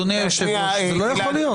אדוני היושב-ראש, זה לא יכול להיות.